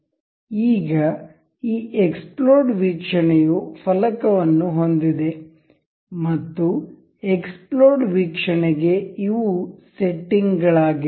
ಈಗ ಈ ಎಕ್ಸ್ಪ್ಲೋಡ್ ವೀಕ್ಷಣೆಯು ಫಲಕವನ್ನು ಹೊಂದಿದೆ ಮತ್ತು ಎಕ್ಸ್ಪ್ಲೋಡ್ ವೀಕ್ಷಣೆಗೆ ಇವು ಸೆಟ್ಟಿಂಗ್ಗಳಾಗಿವೆ